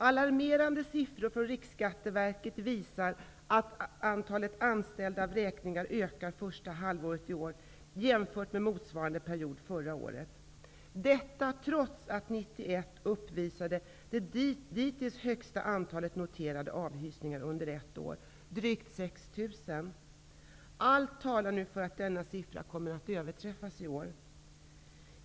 Alarmerande siffror från Riksskatteverket visar att antalet genomförda vräkningar ökade första halvåret i år jämfört med motsvarande period förra året, detta trots att år 1991 uppvisade det dittills högsta antalet noterade avhysningar under ett år, drygt 6 000. Allt talar nu för att denna siffra kommer att överträffas i år.